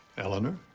eleanor?